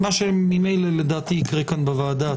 מה שממילא לדעתי יקרה כאן בוועדה.